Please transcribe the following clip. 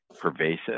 Pervasive